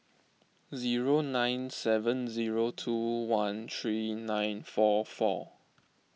zero nine seven zero two one three nine four four